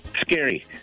Scary